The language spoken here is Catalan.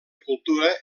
cultura